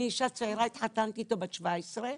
אני אישה צעירה, התחתנתי איתו בת 17,